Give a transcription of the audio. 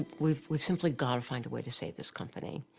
we've we've simply got to find a way to save this company.